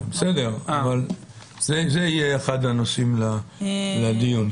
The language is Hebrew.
זה יהיה אחד הנושאים לדיון.